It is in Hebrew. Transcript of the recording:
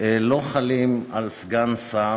לא חלים על סגן שר,